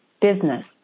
business